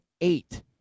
eight